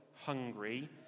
hungry